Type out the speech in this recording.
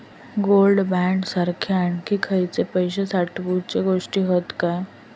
Gold bond सारखे आणखी खयले पैशे साठवूचे गोष्टी हत काय?